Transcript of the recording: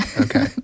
okay